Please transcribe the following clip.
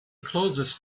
closest